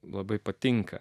labai patinka